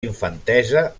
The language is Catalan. infantesa